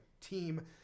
team